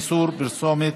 איסור פרסומת